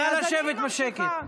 נא לשבת בשקט.